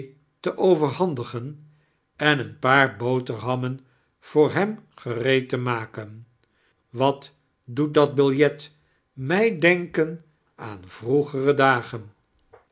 te overhandigen en een paar boterhammen voor hem gereed-te maken wat doet dat biljet mij deniken aan vroegere dagen